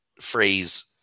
phrase